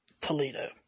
Toledo